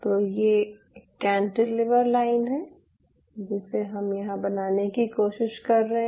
तो यह cantilever line है जिसे हम यहाँ बनाने की कोशिश कर रहे हैं